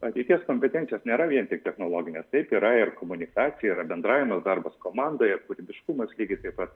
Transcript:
ateities kompetencijos nėra vien tik technologinės taip yra ir komunikacija yra bendravimas darbas komandoje kūrybiškumas lygiai taip pat